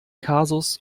kasus